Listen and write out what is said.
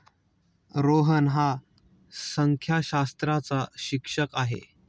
रोहन हा संख्याशास्त्राचा शिक्षक आहे